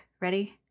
Ready